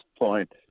point